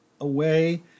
away